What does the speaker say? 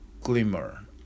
glimmer